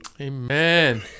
Amen